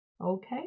Okay